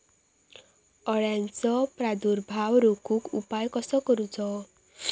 अळ्यांचो प्रादुर्भाव रोखुक उपाय कसो करूचो?